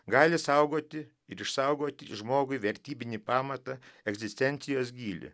gali saugoti ir išsaugoti žmogui vertybinį pamatą egzistencijos gylį